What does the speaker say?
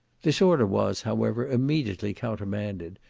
this order was, however, immediately countermanded,